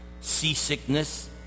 seasickness